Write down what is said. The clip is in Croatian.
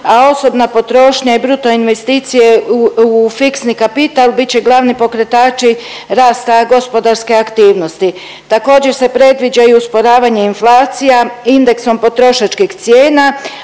a osobna potošnja i bruto investicije u fiksni kapital bit će glavni pokretači rasta gospodarske aktivnosti. Također se predviđa i usporavanja inflacija indeksom potrošačkih cijena,